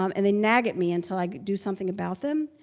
um and they nag at me until i do something about them.